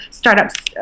startups